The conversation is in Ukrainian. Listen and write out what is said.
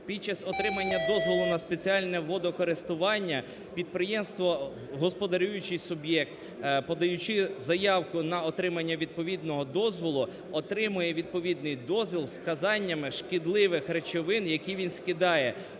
під час отримання дозволу на спеціальне водокористування підприємство – господарюючий суб'єкт, подаючи заявку на отримання відповідного дозволу, отримує відповідний дозвіл з вказаннями шкідливих речовин, які він скидає.